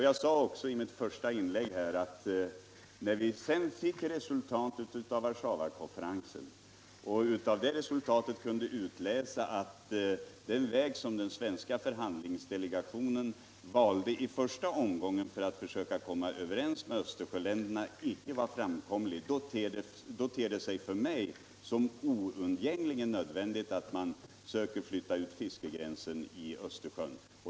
Jag sade också i mitt första inlägg att det — när vi sedan fått resultatet av Warszawakonferensen och av det kunde utläsa att den väg som den svenska förhandlingsdelegationen valde i första omgången för att försöka komma överens med Östersjöländerna inte var framkomlig — för mig tedde sig som oundgängligen nödvändigt att man försöker flytta ut fiskegränserna i Östersjön.